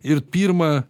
ir pirma